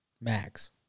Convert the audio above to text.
Max